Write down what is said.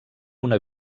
una